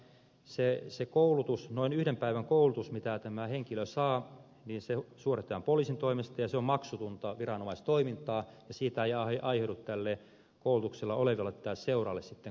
me edellytimme myös että se koulutus noin yhden päivän koulutus jonka tämä henkilö saa suoritetaan poliisin toimesta ja se on maksutonta viranomaistoimintaa ja siitä ei aiheudu tälle koulutuksessa olevalle tai seuralle sitten kustannuksia